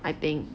I think